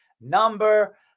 number